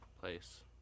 place